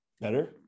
better